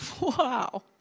wow